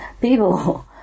people